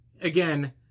again